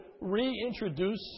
reintroduce